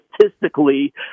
statistically